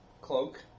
cloak